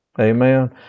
Amen